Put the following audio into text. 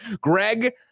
Greg